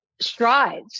strides